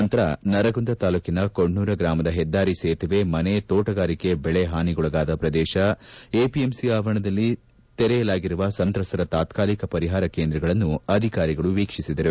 ನಂತರ ನರಗುಂದ ತಾಲೂಕಿನ ಕೊಣ್ಣೂರ ಗ್ರಾಮದ ಹೆದ್ದಾರಿ ಸೇತುವೆ ಮನೆ ತೋಟಗಾರಿಕೆ ಬೆಳೆ ಹಾನಿಗೊಳಗಾದ ಪ್ರದೇಶ ಎಪಿಎಂಸಿ ಆವರಣದಲ್ಲಿ ತೆರೆಯಲಾಗಿರುವ ಸಂತ್ರಸ್ತರ ತಾತ್ಕಾಲಿಕ ಪರಿಹಾರ ಕೇಂದ್ರವನ್ನು ಅಧಿಕಾರಿಗಳು ವೀಕ್ಷಿಸಿದರು